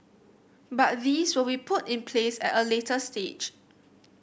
but these will be put in place at a later stage